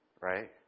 right